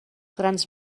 grans